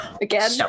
Again